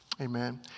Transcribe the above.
Amen